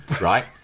right